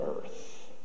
earth